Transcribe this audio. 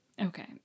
Okay